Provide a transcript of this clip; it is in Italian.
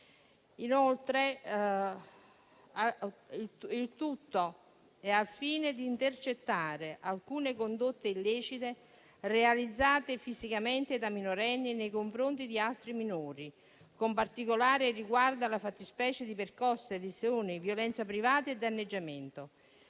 maggiorenni, il tutto al fine di intercettare alcune condotte illecite realizzate fisicamente da minorenni nei confronti di altri minori, con particolare riguardo alle fattispecie di percosse, lesioni, violenza privata e danneggiamento.